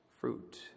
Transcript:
fruit